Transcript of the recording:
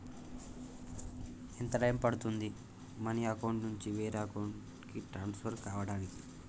ఎంత టైం పడుతుంది money account నుంచి వేరే అకౌంట్ కి ట్రాన్స్ఫర్ కావటానికి?